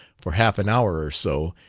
for half an hour or so,